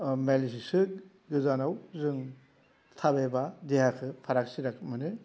माइलसेसो गोजानाव थाबायबा जों देहाखौ फाराग सिराग मोनो आरो